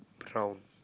brown